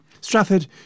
Stratford